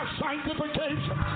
sanctification